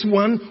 one